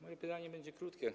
Moje pytanie będzie krótkie.